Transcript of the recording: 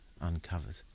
uncovered